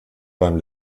beim